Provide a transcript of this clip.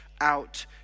out